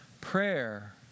Prayer